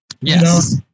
Yes